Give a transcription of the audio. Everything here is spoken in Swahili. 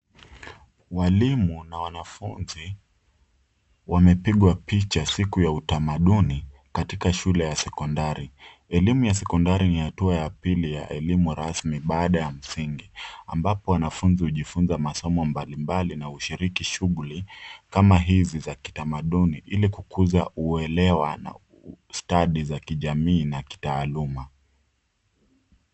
Mwalimu na wanafunzi wamepigwa picha siku ya utamanduni katika shule ya sekondari. Elimu ya sekondari ni hatua ya pili ya elimu rasmi baada ya msingi ambapo wanafunzi hujifunza masomo mbalimbali na hushiriki shungli kama hizi za kitamanduni ili kukuza uelewa na stadi za kijamii na kitaaluma.